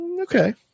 Okay